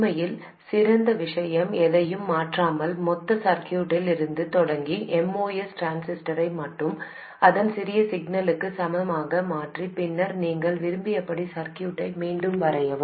உண்மையில் சிறந்த விஷயம் எதையும் மாற்றாமல் மொத்த சர்க்யூட்டில் இருந்து தொடங்கி MOS டிரான்சிஸ்டரை மட்டும் அதன் சிறிய சிக்னலுக்குச் சமமானதாக மாற்றி பின்னர் நீங்கள் விரும்பியபடி சர்க்யூட்டை மீண்டும் வரையவும்